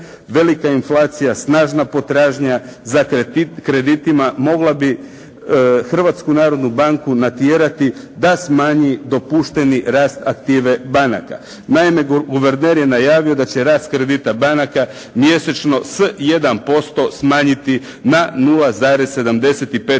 Velika inflacija, snažna potražnja za kreditima mogla bi Hrvatsku narodnu banku natjerati da smanji dopušteni rast aktive banaka. Naime, guverner je najavio da će rast kredita banka mjesečno sa 1% smanjiti na 0,75%.